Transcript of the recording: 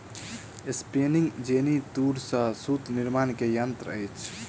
spinning jenny तूर से सूत निर्माण के यंत्र अछि